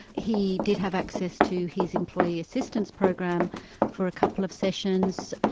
he did have access to his employee assistance program for a couple of sessions,